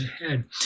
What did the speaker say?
ahead